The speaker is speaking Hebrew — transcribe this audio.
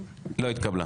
לא התקבלה.